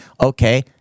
okay